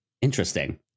Interesting